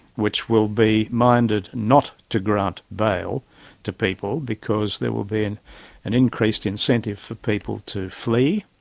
which will be minded not to grant bail to people because there will be an increased incentive for people to flee,